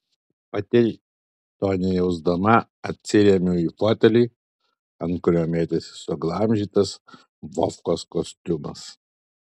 pati to nejausdama atsirėmiau į fotelį ant kurio mėtėsi suglamžytas vovkos kostiumas